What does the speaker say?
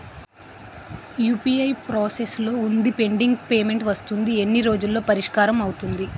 UPI process లో వుందిపెండింగ్ payment వస్తుంది ఎన్ని రోజుల్లో పరిష్కారం అవుతుంది